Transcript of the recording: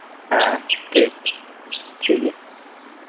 ᱦᱮᱸ ᱴᱷᱤᱠ ᱴᱷᱤᱠ ᱜᱮᱭᱟ